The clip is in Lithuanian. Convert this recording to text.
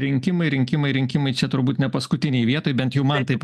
rinkimai rinkimai rinkimai čia turbūt ne paskutinėj vietoj bent jau man taip